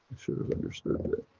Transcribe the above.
should have understood it.